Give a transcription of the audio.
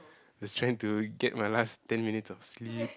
was trying to get my last ten minutes of sleep